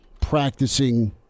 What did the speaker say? practicing